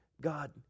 God